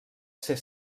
ser